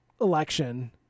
election